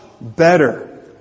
better